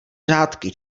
řádky